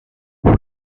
who